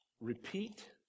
repeat